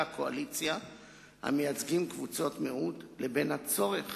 הקואליציה המייצגים קבוצות מיעוט לבין הצורך